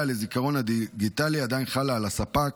לזיכרון הדיגיטלי עדיין חלה על הספק.